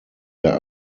der